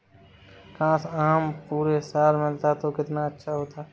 काश, आम पूरे साल मिलता तो कितना अच्छा होता